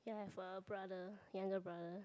ya I've a brother younger brother